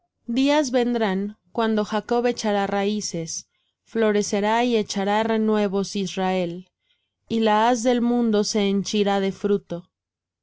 días vendrán cuando jacob echará raíces florecerá y echará renuevos israel y la haz del mundo se henchirá de fruto